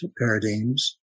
paradigms